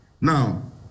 Now